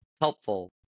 helpful